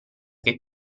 che